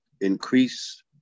increase